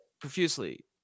profusely